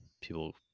people